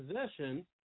position